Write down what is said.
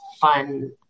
fun